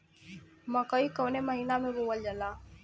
मकई कवने महीना में बोवल जाला?